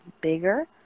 bigger